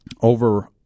Over